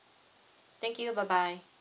thank you bye bye